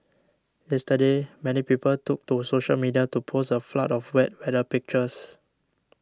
yesterday many people took to social media to post a flood of wet weather pictures